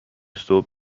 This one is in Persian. صبح